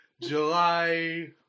July